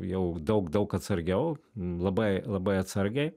jau daug daug atsargiau labai labai atsargiai